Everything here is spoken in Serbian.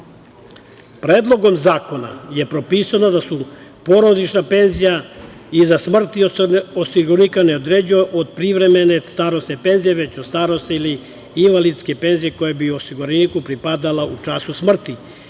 Fonda. Predlogom zakona je propisano da se porodična penzija iza smrti osiguranika ne određuje od privremene starosne penzije, već od starosti ili invalidske penzije koja bi osiguraniku pripadala u času smrti,